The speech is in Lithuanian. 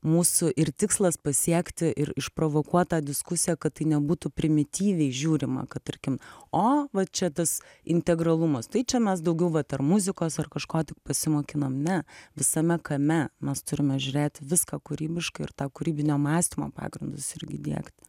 mūsų ir tikslas pasiekti ir išprovokuot tą diskusiją kad tai nebūtų primityviai žiūrima kad tarkim o va čia tas integralumas tai čia mes daugiau vat ar muzikos ar kažko tik pasimokinom ne visame kame mes turime žiūrėti viską kūrybiškai ir tą kūrybinio mąstymo pagrindus irgi įdiegti